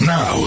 Now